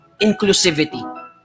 inclusivity